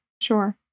sure